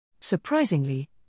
Surprisingly